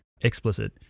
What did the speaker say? explicit